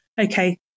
Okay